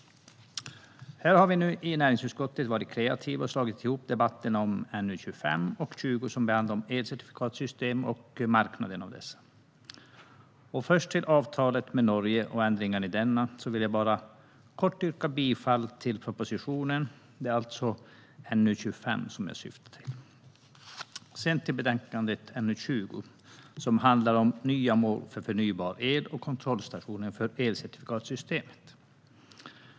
Här har vi i näringsutskottet varit kreativa och slagit ihop debatterna om NU25 och NU20, som handlar om elcertifikatssystem och marknaden för dessa. Först till avtalet med Norge och ändringarna i detta. Här vill jag bara kort yrka bifall till propositionen. Det är alltså NU25 jag syftar på. Sedan till betänkande NU20, som handlar om nya mål för förnybar el och kontrollstationen för elcertifikatssystemet.